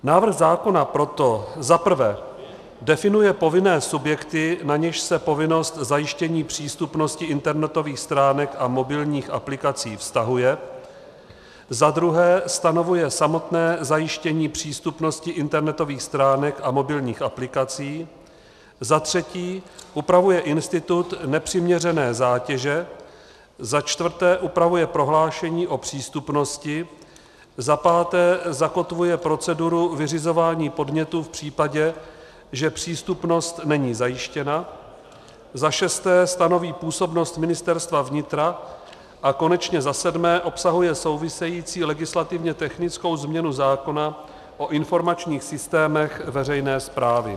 Návrh zákona proto zaprvé definuje povinné subjekty, na něž se povinnost zajištění přístupnosti internetových stránek a mobilních aplikací vztahuje, zadruhé stanovuje samotné zajištění přístupnosti internetových stránek a mobilních aplikací, zatřetí upravuje institut nepřiměřené zátěže, začtvrté upravuje prohlášení o přístupnosti, zapáté zakotvuje proceduru vyřizování podnětů v případě, že přístupnost není zajištěna, zašesté stanoví působnost Ministerstva vnitra a konečně zasedmé obsahuje související legislativně technickou změnu zákona o informačních systémech veřejné správy.